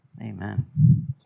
Amen